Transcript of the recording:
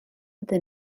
ydyn